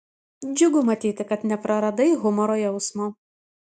džiugu matyti kad nepraradai humoro jausmo